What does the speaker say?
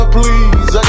please